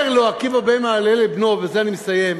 אומר לו, עקיבא בן מהללאל לבנו, ובזה אני מסיים: